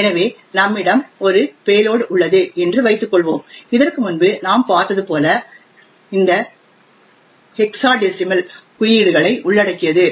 ஆகவே நம்மிடம் ஒரு பேலோட் உள்ளது என்று வைத்துக் கொள்வோம் இதற்கு முன்பு நாம் பார்த்தது போல இந்த ஹெக்சாடெசிமல் குறியீடுகளை உள்ளடக்கியது